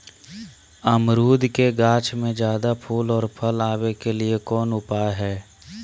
अमरूद के गाछ में ज्यादा फुल और फल आबे के लिए कौन उपाय है?